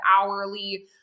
hourly